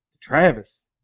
Travis